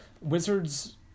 Wizards